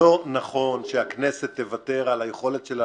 לא נכון שהכנסת תוותר על היכולת שלה